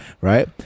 right